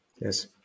Yes